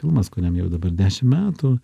filmas kuriam jau dabar dešimt metų